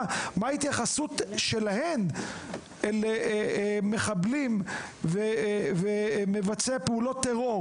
ההתייחסות שלהן אל מחבלים ומבצעי פעולות טרור,